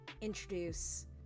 introduce